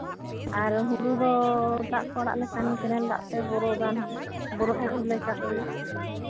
ᱟᱨ ᱦᱩᱲᱩ ᱫᱚ ᱫᱟᱜ ᱠᱚ ᱟᱲᱟᱜ ᱞᱮᱠᱷᱟᱱ ᱠᱮᱱᱮᱞ ᱫᱟᱜ ᱛᱮ ᱵᱚᱨᱳ ᱦᱩᱲᱩᱞᱮ ᱪᱟᱥ ᱜᱮᱭᱟ